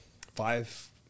five